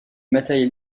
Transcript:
matériel